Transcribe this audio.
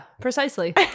precisely